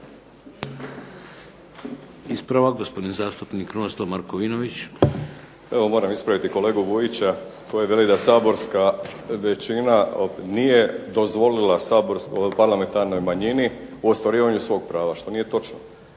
Ispravak, gospodin zastupnik Krunoslav Markovinović. **Markovinović, Krunoslav (HDZ)** Evo moram ispraviti kolegu Vujića koji veli da saborska većina nije dozvolila parlamentarnoj manjini u ostvarivanju svog prava, što nije točno.